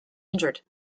injured